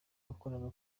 yakoraga